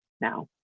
now